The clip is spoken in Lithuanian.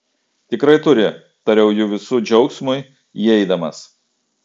tikrai turi tariau jų visų džiaugsmui įeidamas